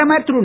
பிரதமர் திரு